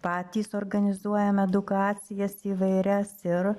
patys organizuojam edukacijas įvairias ir